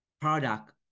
product